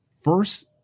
first